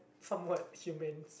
from what human